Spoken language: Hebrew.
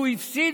והוא הפסיד.